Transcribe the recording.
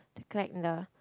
collect the